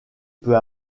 peut